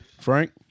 Frank